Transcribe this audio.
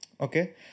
okay